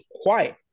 quiet